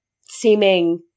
seeming